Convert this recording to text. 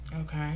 Okay